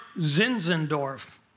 Zinzendorf